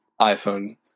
iPhone